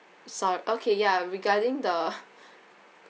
so~ okay ya regarding the